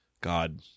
God